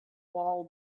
wall